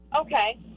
Okay